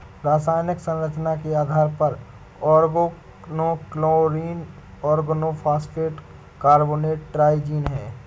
रासायनिक संरचना के आधार पर ऑर्गेनोक्लोरीन ऑर्गेनोफॉस्फेट कार्बोनेट ट्राइजीन है